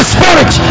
Spirit